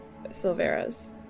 Silvera's